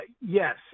Yes